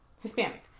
Hispanic